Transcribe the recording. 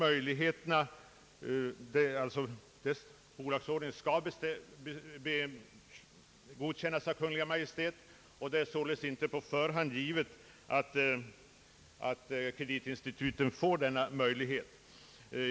Det är således inte på förhand givet att kreditinstituten får denna möjlighet.